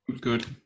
good